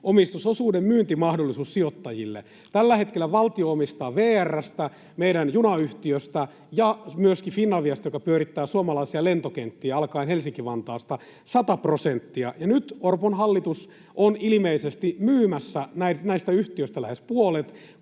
omistusosuuden myyntimahdollisuus sijoittajille. Tällä hetkellä valtio omistaa 100 prosenttia VR:stä, meidän junayhtiöstä, ja myöskin Finaviasta, joka pyörittää suomalaisia lentokenttiä alkaen Helsinki-Vantaasta, ja nyt Orpon hallitus on ilmeisesti myymässä näistä yhtiöistä lähes puolet,